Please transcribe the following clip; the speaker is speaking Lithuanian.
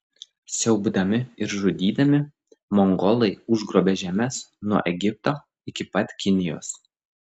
siaubdami ir žudydami mongolai užgrobė žemes nuo egipto iki pat kinijos